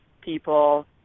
people